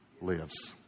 lives